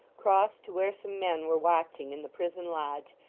crossed to where some men were watching in the prison lodge,